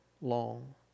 long